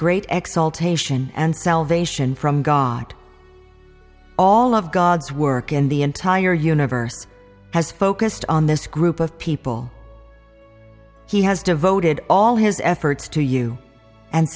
taishan and salvation from god all of god's work and the entire universe has focused on this group of people he has devoted all his efforts to you and